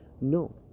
No